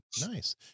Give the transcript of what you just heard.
Nice